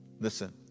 Listen